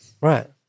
Right